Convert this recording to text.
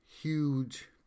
huge